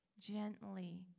gently